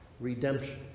Redemption